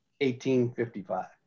1855